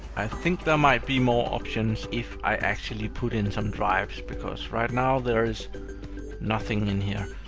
i think there might be more options if i actually put in some drives, because right now, there is nothing in here.